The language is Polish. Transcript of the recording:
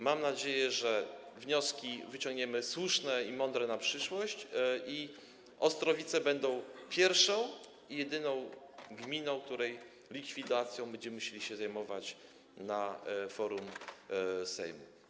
Mam nadzieję, że wnioski wyciągniemy słuszne i mądre na przyszłość i Ostrowice będą pierwszą i jedyną gminą, której likwidacją będziemy musieli się zajmować na forum Sejmu.